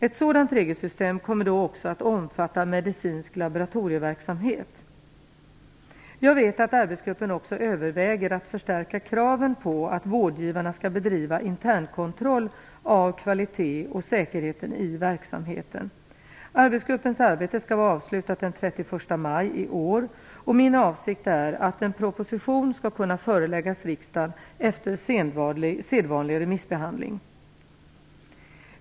Ett sådant regelsystem kommer då också att omfatta medicinsk laboratorieverksamhet. Jag vet att arbetsgruppen också överväger att förstärka kraven på att vårdgivarna skall bedriva internkontroll av kvalitén och säkerheten i verksamheten. Arbetgruppens arbete skall vara avslutat den 31 maj i år. Min avsikt är att en proposition skall kunna föreläggas riksdagen efter sedvanlig remissbehandling.